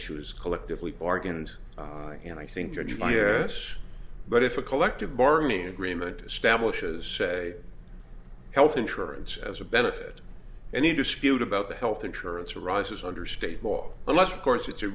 was collectively bargained and i think judge my yes but if a collective bargaining agreement establishes say health insurance as a benefit and a dispute about the health insurance arises under state law unless of course it's a